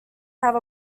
have